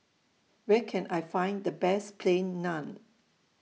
Where Can I Find The Best Plain Naan